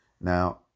Now